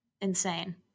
insane